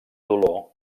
dolor